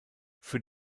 für